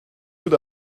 tout